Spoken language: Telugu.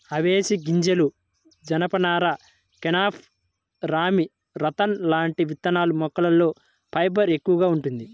అవిశె గింజలు, జనపనార, కెనాఫ్, రామీ, రతన్ లాంటి విత్తనాల మొక్కల్లో ఫైబర్ ఎక్కువగా వుంటది